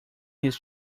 his